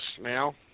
now